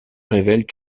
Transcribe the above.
révèlent